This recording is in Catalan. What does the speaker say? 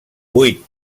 vuit